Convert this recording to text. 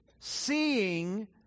seeing